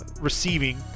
receiving